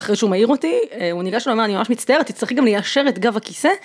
אחרי שהוא מעיר אותי, הוא ניגש אלי ואומר, אני ממש מצטער, את תצטרכי גם ליישר את גב הכיסא.